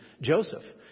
Joseph